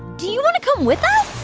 do you want to come with us?